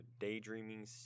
daydreaming